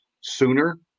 sooner